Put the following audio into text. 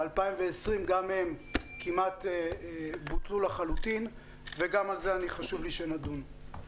ב-2020 גם הן כמעט בוטלו לחלוטין וגם על זה חשוב לי שנדון.